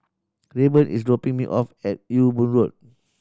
Rayburn is dropping me off at Ewe Boon Road